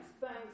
thanks